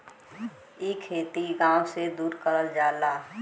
इ खेती गाव से दूर करल जाला